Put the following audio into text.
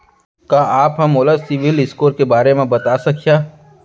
का आप हा मोला सिविल स्कोर के बारे मा बता सकिहा?